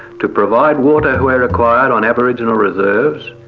to provide water where required on aboriginal reserves,